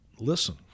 listen